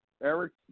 Eric